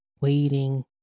waiting